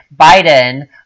Biden